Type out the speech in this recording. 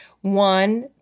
One